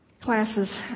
classes